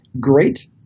great